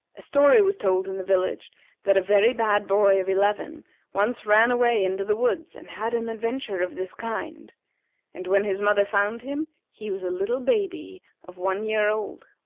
a story was told in the village that a very bad boy of eleven once ran away into the woods, and had an adventure of this kind and when his mother found him he was a little baby of one year old.